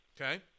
Okay